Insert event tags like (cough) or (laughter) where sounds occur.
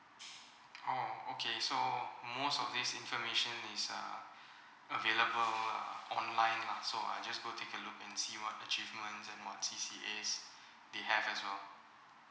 oh okay so most of this information is uh (breath) available online lah so I just go take a look and see what achievements and what C_C_As they have as well